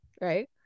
right